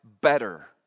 better